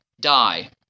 die